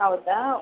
ಹೌದಾ